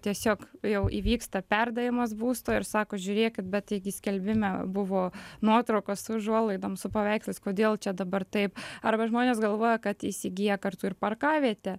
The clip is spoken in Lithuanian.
tiesiog jau įvyksta perdavimas būsto ir sako žiūrėkit bet taigi skelbime buvo nuotraukos su užuolaidom su paveikslais kodėl čia dabar taip arba žmonės galvoja kad įsigija kartu ir parkavietę